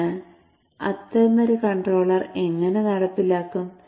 അതിനാൽ അത്തരമൊരു കൺട്രോളർ എങ്ങനെ നടപ്പിലാക്കും